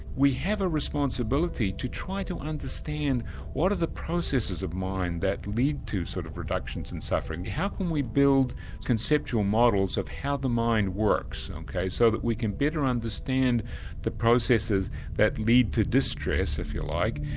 we have a responsibility to try to understand what are the processes of mind that lead to sort of reductions in suffering. how can we build conceptual models of how the mind works so that we can better understand the processes that lead to distress, if you like,